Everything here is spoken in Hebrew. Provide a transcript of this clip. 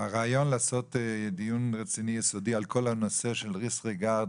הרעיון לעשות דיון רציני יסודי על כל הנושא של דיסריגרד